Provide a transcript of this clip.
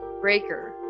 Breaker